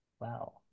wow